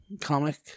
comic